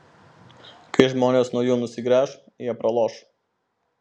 kai žmonės nuo jų nusigręš jie praloš